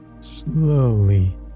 slowly